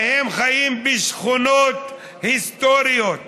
והם חיים בשכונות היסטוריות.